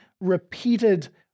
repeated